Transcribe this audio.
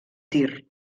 tir